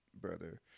brother